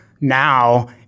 now